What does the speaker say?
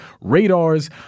radars